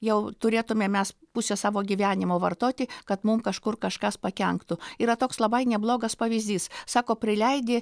jau turėtume mes pusę savo gyvenimo vartoti kad mum kažkur kažkas pakenktų yra toks labai neblogas pavyzdys sako prileidi